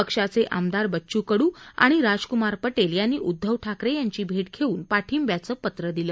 पक्षाचे आमदार बच्च् कडू आणि राजक्मार पटेल यांनी उदधव ठाकरे यांची भेट घेऊन पाठिंब्याचे पत्र त्यांना दिलं